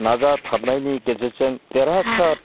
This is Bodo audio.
नाजाथाबनायनि गेजेरजों देरहासार